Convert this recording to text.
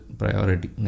priority